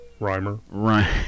Reimer